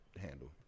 handle